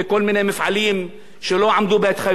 שלא עמדו בהתחייבויות, לא החזירו כסף,